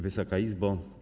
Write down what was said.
Wysoka Izbo!